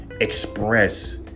express